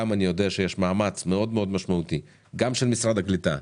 גם אני יודע שיש מאמץ מאד מאד משמעותי גם של משרד הקליטה,